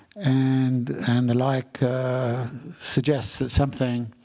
and and the like suggests that something